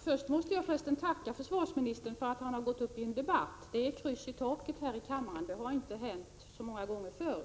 Herr talman! Först måste jag tacka försvarsministern för att han har gått upp i en debatt. Kors i taket här i kammaren — det har inte hänt så många gånger förr.